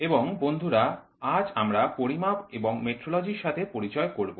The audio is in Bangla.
এবং বন্ধুরা আজ আমরা পরিমাপ এবং মেট্রোলজি র সাথে পরিচয় করব